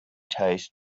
taste